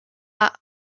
achos